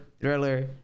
thriller